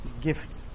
gift